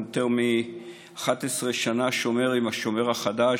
אני יותר מ-11 שנה שומר עם השומר החדש,